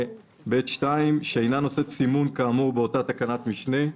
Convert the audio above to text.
(ב)(2) שאינה נושאת סימון כאמור באותה תקנת משנה."